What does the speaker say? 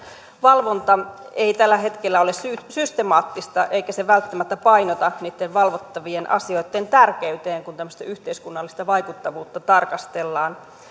valvonta ei tällä hetkellä ole systemaattista eikä se välttämättä painotu niitten valvottavien asioitten tärkeyteen kun tämmöistä yhteiskunnallista vaikuttavuutta tarkastellaan